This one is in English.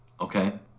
Okay